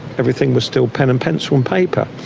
everything was still pen and pencil and paper.